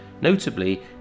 Notably